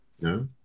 No